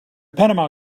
panama